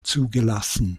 zugelassen